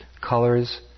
colors